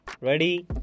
Ready